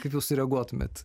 kaip jūs sureaguotumėt